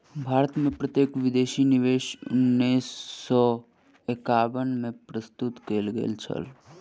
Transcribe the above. भारत में प्रत्यक्ष विदेशी निवेश उन्नैस सौ एकानबे में प्रस्तुत कयल गेल छल